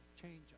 change